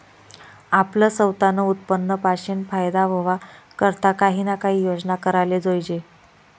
आपलं सवतानं उत्पन्न पाशीन फायदा व्हवा करता काही ना काही योजना कराले जोयजे